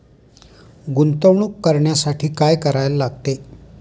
गुंतवणूक करण्यासाठी काय करायला लागते?